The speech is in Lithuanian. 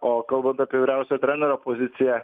o kalbant apie vyriausio trenerio poziciją